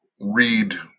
read